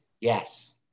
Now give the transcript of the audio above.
yes